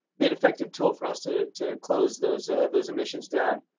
be an effective tool for us to to close those those emissions down.